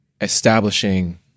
establishing